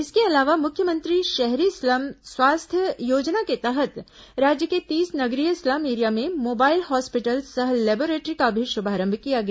इसके अलावा मुख्यमंत्री शहरी स्लम स्वास्थ्य योजना के तहत राज्य के तीस नगरीय स्लम एरिया में मोबाइल हॉस्पिटल सह लेबोरेटरी का भी शुभारंभ किया गया